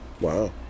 Wow